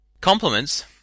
complements